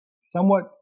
somewhat